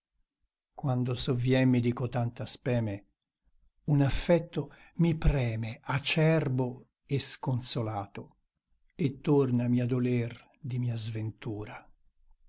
fato quando sovviemmi di cotanta speme un affetto mi preme acerbo e sconsolato e tornami a doler di mia sventura